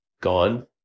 gone